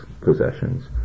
possessions